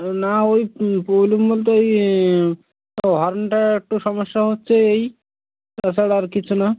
না ওই প্রবলেম বলতে ওই ও হর্নটা একটু সমস্যা হচ্ছে এই তাছাড়া আর কিছু না